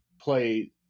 play